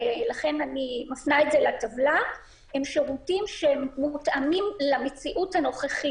הם שירותים שמותאמים למציאות הנוכחית.